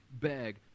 beg